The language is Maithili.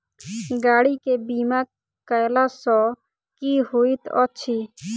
गाड़ी केँ बीमा कैला सँ की होइत अछि?